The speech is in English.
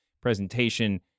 Presentation